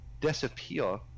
disappear